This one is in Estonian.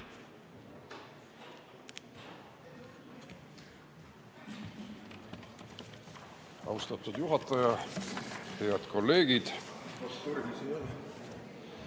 Austatud juhataja! Head kolleegid!